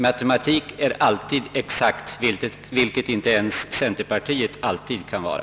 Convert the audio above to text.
Matematik är alltså exakt, vilket inte centerpartiet alltid kan vara.